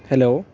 hello